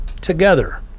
together